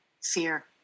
fear